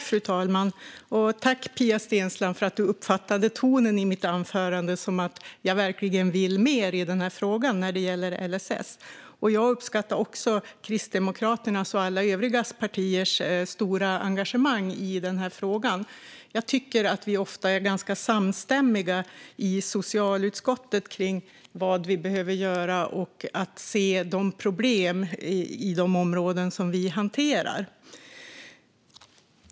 Fru talman! Tack, Pia Steensland, för att du uppfattade tonen i mitt anförande som att jag verkligen vill mer i denna fråga när det gäller LSS! Jag uppskattar Kristdemokraternas och övriga partiers stora engagemang i denna fråga. Vi är ofta ganska samstämmiga i socialutskottet när det gäller vad vi behöver göra och att se de problem som finns i de områden vi hanterar.